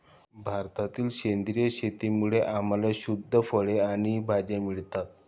भारतातील सेंद्रिय शेतीमुळे आम्हाला शुद्ध फळे आणि भाज्या मिळतात